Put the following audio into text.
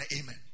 amen